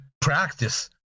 practice